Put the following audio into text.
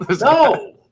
No